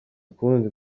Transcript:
ukundi